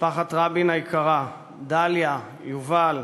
משפחת רבין היקרה, דליה, יובל,